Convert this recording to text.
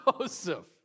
Joseph